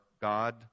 God